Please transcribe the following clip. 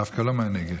דווקא לא מהנגב.